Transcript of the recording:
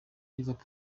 liverpool